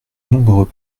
nombreux